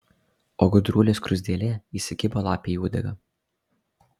o gudruolė skruzdėlė įsikibo lapei į uodegą